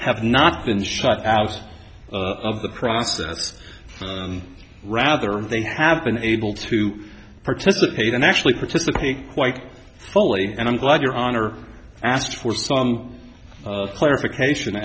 have not been shut out of the process rather they have been able to participate and actually participate quite fully and i'm glad your honor asked for some clarification